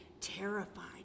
terrified